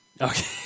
Okay